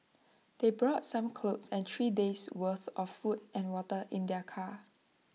they brought some clothes and three days' worth of food and water in their car